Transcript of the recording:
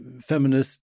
feminist